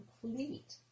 complete